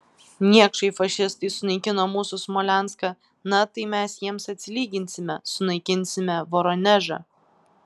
niekšai fašistai sunaikino mūsų smolenską na tai mes jiems atsilyginsime sunaikinsime voronežą